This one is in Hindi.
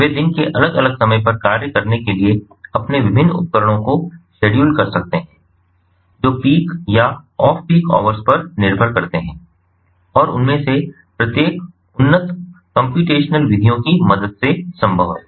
वे दिन के अलग अलग समय पर कार्य करने के लिए अपने विभिन्न उपकरणों को शेड्यूल कर सकते हैं जो पीक या ऑफ पीक आवर्स पर निर्भर करते हैं और उनमें से प्रत्येक उन्नत कम्प्यूटेशनल विधियों की मदद से संभव है